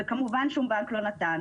וכמובן, שום בנק לא נתן.